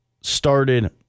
started